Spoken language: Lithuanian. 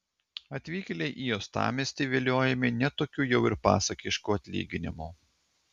atvykėliai į uostamiestį viliojami ne tokiu jau ir pasakišku atlyginimu